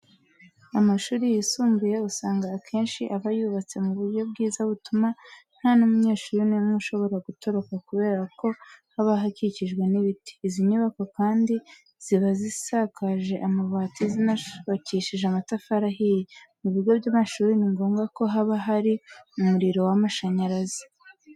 Amashuri yisumbuye usanga akenshi aba yubatse mu buryo bwiza butuma nta n'umunyeshuri n'umwe ushobora gutoroka kubera ko haba hakikijwe n'ibiti. Izi nyubako kandi ziba zisakaje amabati, zinubakijishe amatafari ahiye. Mu bigo by'amashuri ni ngombwa ko haba hari umuriro w'amashanyarazi.